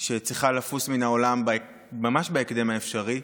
שצריכה לפוס מן העולם ממש בהקדם האפשרי.